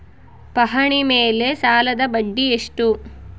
ಪಹಣಿ ಮೇಲೆ ಸಾಲದ ಬಡ್ಡಿ ಎಷ್ಟು?